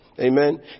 Amen